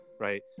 right